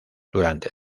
durante